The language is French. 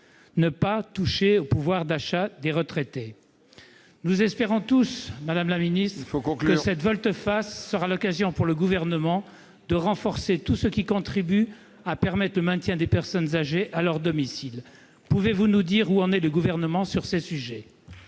pas toucher au pouvoir d'achat des retraités. Nous espérons tous, madame la ministre, ... Il faut conclure !... que cette volte-face sera l'occasion pour le Gouvernement de renforcer tout ce qui contribue au maintien des personnes âgées à leur domicile. Pouvez-vous nous dire où en est le Gouvernement sur ces sujets ?